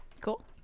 Cool